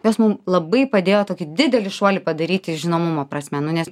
nes mum labai padėjo tokį didelį šuolį padaryti žinomumo prasme nu nes